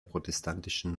protestantischen